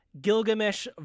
Gilgamesh